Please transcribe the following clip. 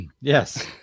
Yes